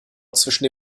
zwischen